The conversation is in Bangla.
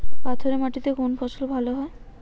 পাথরে মাটিতে কোন ফসল ভালো হয়?